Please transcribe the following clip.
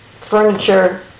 furniture